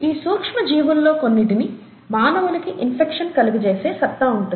ఈ సూక్ష్మ జీవుల్లో కొన్నిటికి మానవులకి ఇన్ఫెక్షన్ కలుగజేసే సత్తా ఉంటుంది